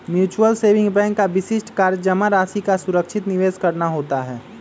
mutual saving bank का विशिष्ट कार्य जमा राशि का सुरक्षित निवेश करना होता है